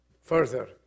Further